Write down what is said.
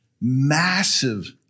Massive